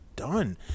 done